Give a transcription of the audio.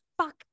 fuck